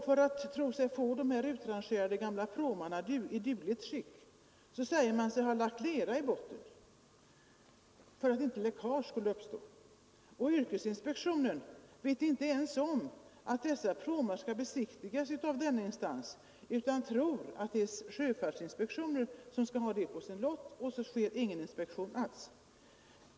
Man tror sig ha fått de här utrangerade gamla pråmarna i gott skick, säger man, genom att lägga lera i bottnen för att inte läckage skulle uppstå. Yrkesinspektionen vet inte ens om, att dessa pråmar skall besiktigas av denna instans, utan tror att det är sjöfartsinspektionen som skall ha det på sin lott, och så sker ingen inspektion alls.